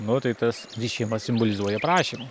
nu tai tas rišimas simbolizuoja prašymu